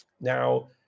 Now